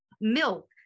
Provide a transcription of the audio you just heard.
milk